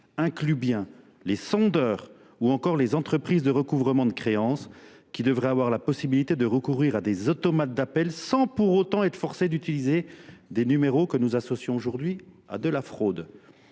inclut bien les sondeurs ou encore les entreprises de recouvrement de créances qui devraient avoir la possibilité de recourir à des automates d'appels sans pour autant être forcés d'utiliser des numéros que nous associons aujourd'hui à de la fraude.